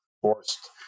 forced